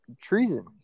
Treason